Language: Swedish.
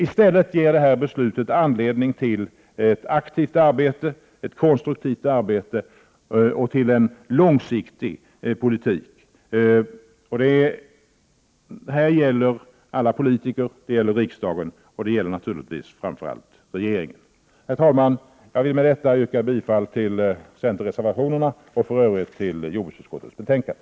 I stället ger detta beslut anledning till ett aktivt och konstruktivt arbete och till en långsiktig politik. Det här gäller alla politiker, det gäller riksdagen och naturligtvis framför allt regeringen. Herr talman! Jag vill med detta yrka bifall till centerreservationerna och för övrigt till jordbruksutskottets hemställan.